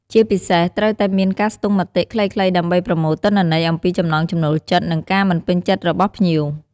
ជាពិសេសត្រូវតែមានការស្ទង់មតិខ្លីៗដើម្បីប្រមូលទិន្នន័យអំពីចំណង់ចំណូលចិត្ត និងការមិនពេញចិត្តរបស់ភ្ញៀវ។